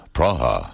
Praha